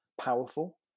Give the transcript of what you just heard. powerful